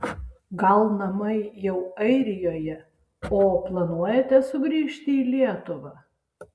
gal namai jau airijoje o planuojate sugrįžti į lietuvą